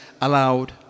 allowed